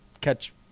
catch